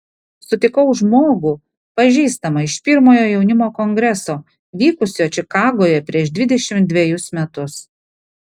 sutikau žmogų pažįstamą iš pirmojo jaunimo kongreso vykusio čikagoje prieš dvidešimt dvejus metus